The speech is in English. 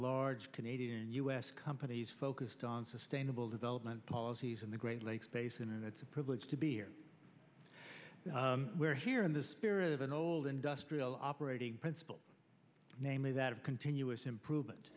large canadian u s companies focused on sustainable development policies in the great lakes basin and it's a privilege to be here here in the spirit of an old industrial operating principle namely that of continuous improvement